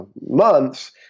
months